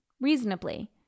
reasonably